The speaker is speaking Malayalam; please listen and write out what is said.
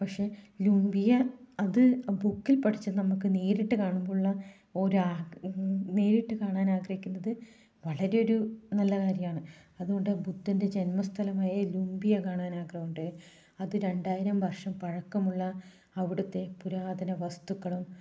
പക്ഷേ ലൂമ്പിയ അത് ബുക്കിൽ പഠിച്ച നമുക്ക് നേരിട്ട് കാണുമ്പോളുള്ള ഒരു ആഗ്രഹം നേരിട്ട് കാണാൻ ആഗ്രഹിക്കുന്നത് വളരെ ഒരു നല്ല കാര്യമാണ് അതുകൊണ്ട് ബുദ്ധൻ്റെ ജന്മസ്ഥലം ആയ ലൂമ്പിയ കാണാൻ ആഗ്രഹമുണ്ട് അത് രണ്ടായിരം വർഷം പഴക്കമുള്ള അവിടുത്തെ പുരാതന വസ്തുക്കളും